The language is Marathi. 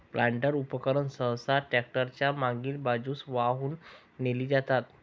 प्लांटर उपकरणे सहसा ट्रॅक्टर च्या मागील बाजूस वाहून नेली जातात